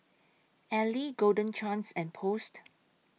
Elle Golden Chance and Post